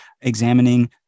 examining